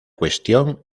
cuestión